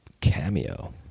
Cameo